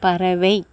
பறவை